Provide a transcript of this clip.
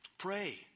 Pray